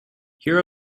here